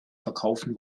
verkaufen